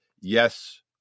yes